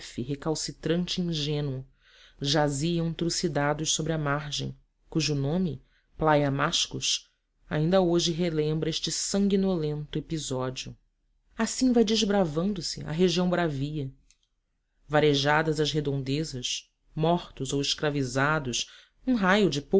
recalcitrante e ingênuo jaziam trucidados sobre a margem cujo nome playa mashcos ainda hoje relembra este sanguinolento episódio assim vai desbravando se a região bravia varejadas as redondezas mortos ou escravizados num raio de